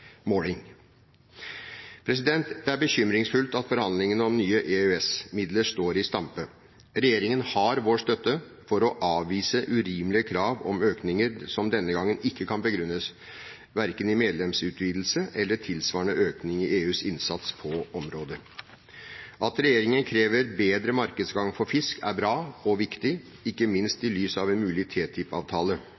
måling. Det er bekymringsfullt at forhandlingene om nye EØS-midler står i stampe. Regjeringen har vår støtte for å avvise urimelige krav om økninger som denne gangen ikke kan begrunnes verken i medlemsutvidelse eller tilsvarende økning i EUs egen innsats på området. At regjeringen krever bedre markedsadgang for fisk, er bra og viktig, ikke minst